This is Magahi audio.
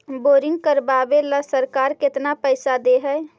बोरिंग करबाबे ल सरकार केतना पैसा दे है?